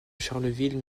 charleville